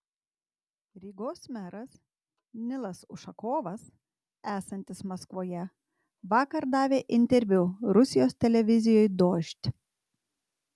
rygos meras nilas ušakovas esantis maskvoje vakar davė interviu rusijos televizijai dožd